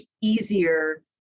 easier